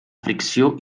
fricció